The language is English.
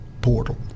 portal